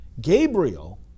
Gabriel